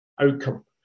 outcome